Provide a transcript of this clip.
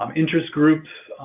um interest groups,